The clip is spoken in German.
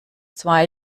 zwei